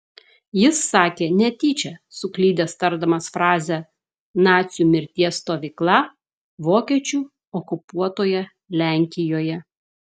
jis sakė netyčia suklydęs tardamas frazę nacių mirties stovykla vokiečių okupuotoje lenkijoje